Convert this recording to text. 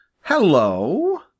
Hello